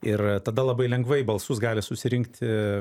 ir tada labai lengvai balsus gali susirinkti